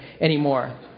anymore